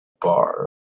bar